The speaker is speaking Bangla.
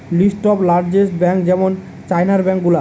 লিস্ট অফ লার্জেস্ট বেঙ্ক যেমন চাইনার ব্যাঙ্ক গুলা